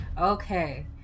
Okay